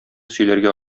сөйләргә